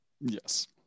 Yes